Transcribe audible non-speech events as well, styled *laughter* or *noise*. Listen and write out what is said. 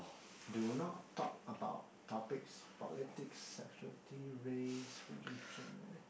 do not talk about topics politics sexuality race religion *noise*